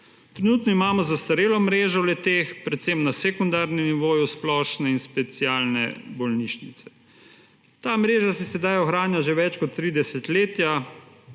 Trenutno imamo zastarelo mrežo le-teh, predvsem na sekundarnem nivoju – splošne in specialne bolnišnice. Ta mreža se sedaj ohranja že več kot tri